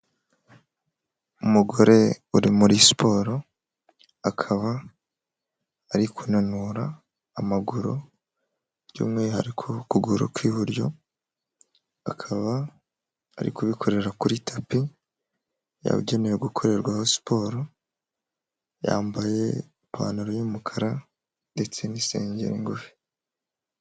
Umugore uri muri siporo akaba ari kunanura amaguru by'umwihariko ukuguru kw'iburyo, akaba ari kubikorera kuri tapi yabugenewe gukorerwaho siporo, yambaye ipantaro y'umukara ndetse n'isengeri ngufi.